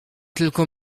tylko